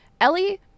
Ellie